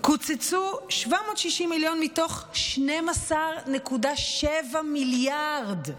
קוצצו 760 מיליון מתוך 12.7 מיליארד.